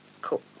Cool